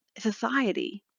society,